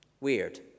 Weird